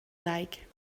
like